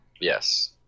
Yes